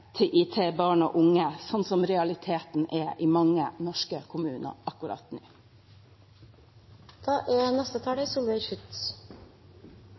barn og unge, sånn som realiteten er i mange norske kommuner akkurat